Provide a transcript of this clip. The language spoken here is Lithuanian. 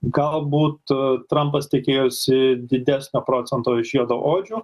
gal būt trampas tikėjosi didesnio procento iš juodaodžių